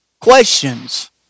questions